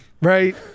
right